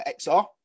XR